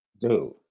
Dude